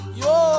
yo